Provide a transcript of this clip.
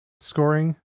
scoring